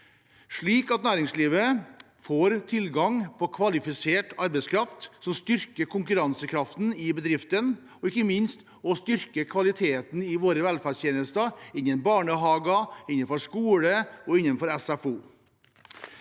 slik at næringslivet får tilgang på kvalifisert arbeidskraft som styrker konkurransekraften i bedriftene, og ikke minst styrker kvaliteten i våre velferdstjenester innenfor barnehage, innenfor